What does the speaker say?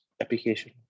application